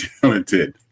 talented